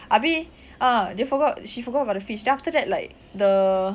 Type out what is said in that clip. habis ah dia forgot she forgot about the fish then after that like the